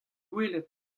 gwelet